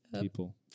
people